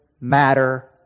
matter